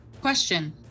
Question